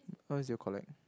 what else did you collect